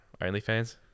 OnlyFans